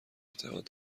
اعتقاد